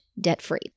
debt-free